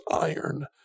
iron